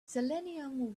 selenium